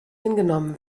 hingenommen